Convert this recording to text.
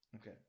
okay